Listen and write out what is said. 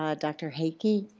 ah dr. hachey.